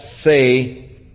say